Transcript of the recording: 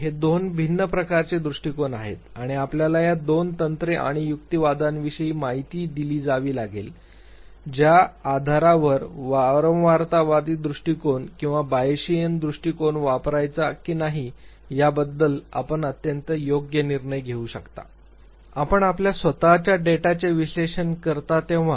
हे दोन भिन्न प्रकारचे दृष्टिकोन आहेत आणि आपल्याला या दोन तंत्रे आणि युक्तिवादांविषयी माहिती दिली जावी लागेल ज्या आधारावरवारंवारतावादी दृष्टीकोन किंवा बाएशियन दृष्टिकोन वापरायचा की नाही याबद्दल आपण अत्यंत योग्य निर्णय घेऊ शकता आपण आपल्या स्वत च्या डेटाचे विश्लेषण करता तेव्हा